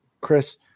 Chris